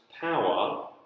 power